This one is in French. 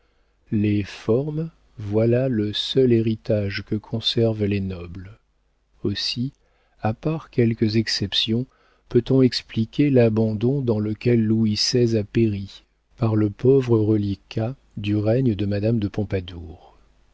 les formes voilà le seul héritage que conservent les nobles aussi à part quelques exceptions peut-on expliquer l'abandon dans lequel louis xvi a péri par le pauvre reliquat du règne de madame de